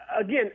again